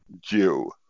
Jew